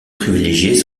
privilégiés